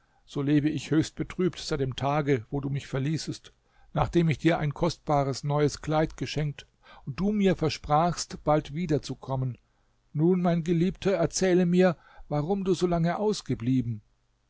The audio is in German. so lebe ich höchst betrübt seit dem tage wo du mich verließest nachdem ich dir ein kostbares neues kleid geschenkt und du mir versprachst bald wieder zu kommen nun mein geliebter erzähle mir warum du so lange ausgeblieben